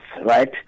right